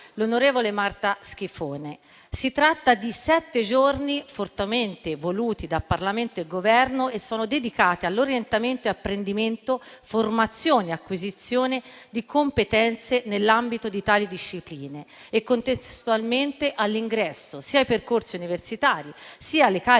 l'onorevole Marta Schifone. Si tratta di sette giorni, fortemente voluti da Parlamento e Governo, dedicati all'orientamento, apprendimento, formazione e acquisizione di competenze nell'ambito di tali discipline e, contestualmente, all'ingresso sia ai percorsi universitari sia alle cariche professionali